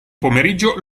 pomeriggio